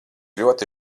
ļoti